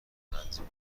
تنظیم